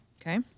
Okay